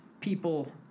people